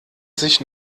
sich